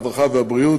הרווחה והבריאות,